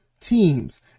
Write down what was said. teams